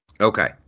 Okay